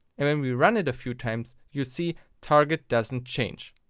and when we run it a few times, you see target doesn't change.